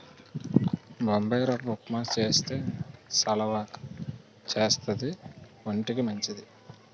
బొంబాయిరవ్వ ఉప్మా చేస్తే సలవా చేస్తది వంటికి మంచిది